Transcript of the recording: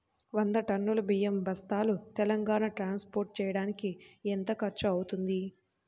వంద టన్నులు బియ్యం బస్తాలు తెలంగాణ ట్రాస్పోర్ట్ చేయటానికి కి ఎంత ఖర్చు అవుతుంది?